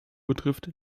betrifft